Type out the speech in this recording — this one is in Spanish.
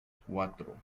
cuatro